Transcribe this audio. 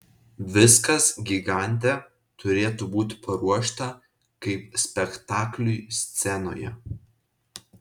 viskas gigante turėtų būti paruošta kaip spektakliui scenoje